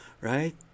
Right